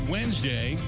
Wednesday